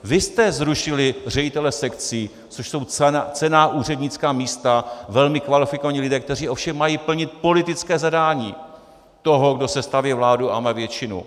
Vy jste zrušili ředitele sekcí, což jsou cenná úřednická míst, velmi kvalifikovaní lidé, kteří ovšem mají plnit politické zadání toho, kdo sestavuje vládu a má většinu.